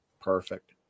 Perfect